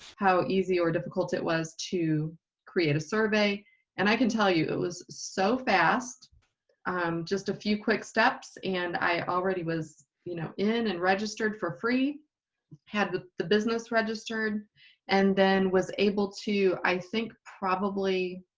how easy or difficult it was to create a survey and i can tell you it was so fast. in um just a few quick steps and i already was you know in and registered for free. i had the the business registered and then was able to i think probably,